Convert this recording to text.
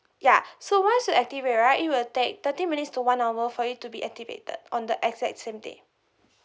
ya so once you activate right it will take thirty minutes to one hour for it to be activated on the exact same day